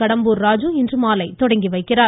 கடம்பூர் ராஜு இன்றுமாலை துவக்கி வைக்கிறார்